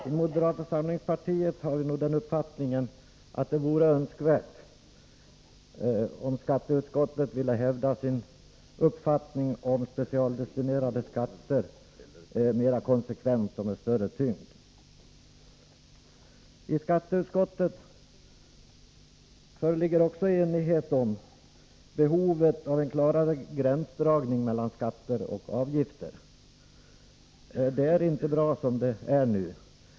I moderata samlingspartiet har vi den uppfattningen att det vore önskvärt om skatteutskottet ville hävda sin uppfattning om specialdestinerade skatter mera konsekvent och med större tyngd. I skatteutskottet föreligger också enighet om behovet av en klarare gränsdragning mellan skatter och avgifter. Det är inte bra som det är nu.